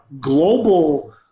global